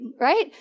right